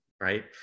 right